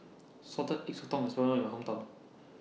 Salted Egg Sotong IS Well known in My Hometown